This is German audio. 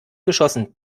geschossen